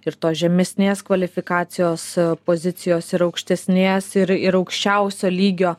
ir tos žemesnės kvalifikacijos pozicijos ir aukštesnės ir ir aukščiausio lygio